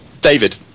david